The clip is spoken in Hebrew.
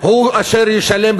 הוא אשר ישלם,